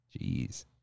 Jeez